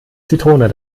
zitrone